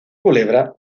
culebra